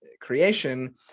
creation